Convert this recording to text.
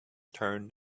turned